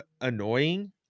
annoying